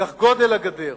כך גודל הגדר.